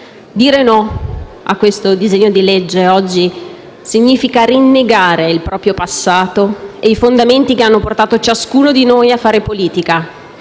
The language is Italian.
promozione dei diritti umani significa rinnegare il proprio passato e i fondamenti che hanno portato ciascuno di noi a fare politica.